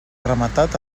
rematat